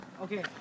Okay